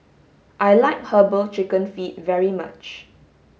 I like herbal chicken feet very much